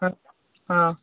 ହଁ ହଁ